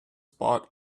spot